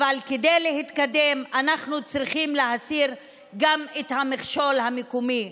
אבל כדי להתקדם אנחנו צריכים להסיר גם את המכשול המקומי.